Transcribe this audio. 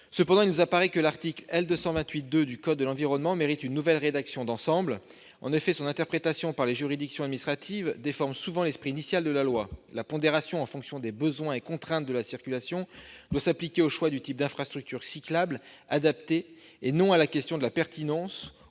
Cependant, il nous paraît que l'article L. 228-2 du code de l'environnement mérite une nouvelle rédaction d'ensemble. En effet, son interprétation par les juridictions administratives déforme souvent l'esprit initial de la loi. La pondération en fonction des besoins et contraintes de la circulation doit s'appliquer au choix du type d'infrastructures cyclables adaptées, et non à la question de la pertinence ou pas d'installer une